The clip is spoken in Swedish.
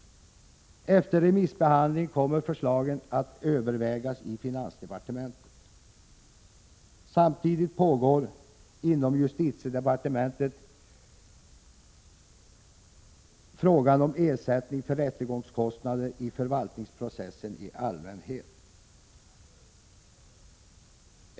Efter remissbehandling kommer förslagen att övervägas i finansdepartementet. Samtidigt pågår inom justitiedepartementet överväganden rörande frågan om ersättning för rättegångskostnader i förvaltningsprocessen i allmänhet.